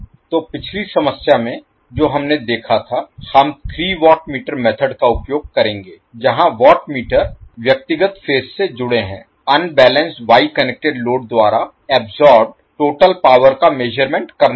तो पिछली समस्या में जो हमने देखा था हम 3 वाट मीटर मेथड का उपयोग करेंगे जहां वाट मीटर व्यक्तिगत फेज से जुड़े हैं अनबैलेंस्ड वाई कनेक्टेड लोड द्वारा अब्सोर्बेड टोटल पावर का मेज़रमेंट करने के लिए